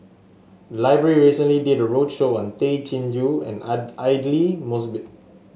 library recently did a roadshow on Tay Chin Joo and Aidli Mosbit